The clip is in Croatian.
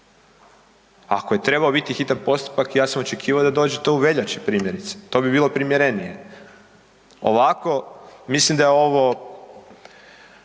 Ako je trebao biti hitan postupak ja sam očekivao da dođe to u veljači primjerice, to bi bilo primjerenije. Ovako, mislim da je ovo